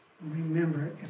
Remember